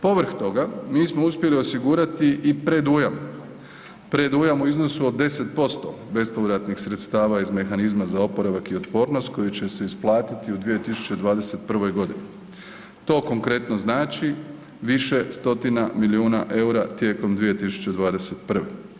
Povrh toga, mi smo uspjeli osigurati i predujam, predujam u iznosu od 10% bespovratnih sredstava iz mehanizma za oporavak i otpornost koji će se isplatiti u 2021.g., to konkretno znači više stotina milijuna EUR-a tijekom 2021.